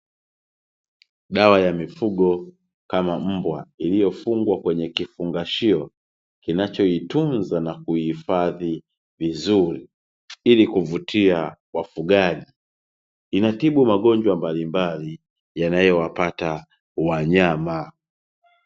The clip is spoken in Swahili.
Dawa ya mifugo kama mbwa iliyofungwa kwenye kifungashio, kinachoitunza na kuihifadhi vizuri, ili kuvutia wafugaji. Inatibu magonjwa mbalimbali, yanayowapata wanyama.